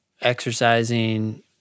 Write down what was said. exercising